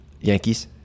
Yankees